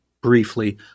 briefly